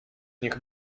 niech